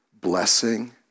blessing